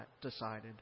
decided